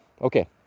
Okay